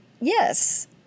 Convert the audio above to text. Yes